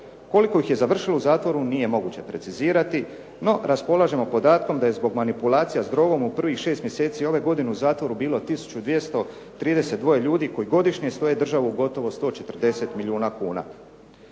Koliko ih je završilo u zatvoru nije moguće precizirati no raspolažemo podatkom da je zbog manipulacija s drogom u prvih 6 mj. ove godine u zatvoru bilo 1232 ljudi koji godišnje stoje državu gotovo 140 milijuna kuna.